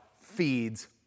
feeds